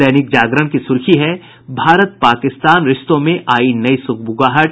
दैनिक जागरण की सुर्खी है भारत पाकिस्तान रिश्तों में आयी नयी सुगबुगाहट